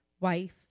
wife